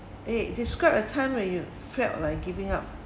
eh describe a time when you felt like giving up